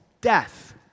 death